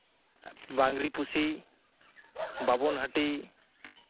Bangriposi ᱵᱟᱵᱚᱱᱦᱟᱴᱤ